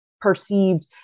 perceived